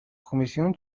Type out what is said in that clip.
کمیسیون